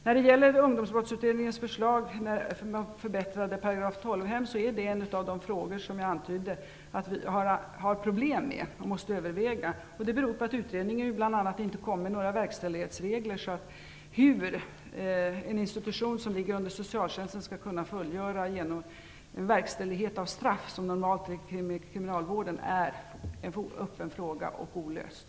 När det gäller Ungdomsbrottsutredningens förslag om förbättrade § 12-hem är det en av de frågor som jag antydde att vi har problem med. Man måste överväga den frågan. Det beror bl.a. på att utredningen inte har kommit med några verkställighetsregler när det gäller hur en institution som ligger under socialtjänsten skall kunna fullgöra en verkställighet av ett straff som normalt ligger på kriminalvården. Det är en öppen fråga som fortfarande är olöst.